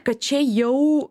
kad čia jau